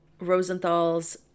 rosenthal's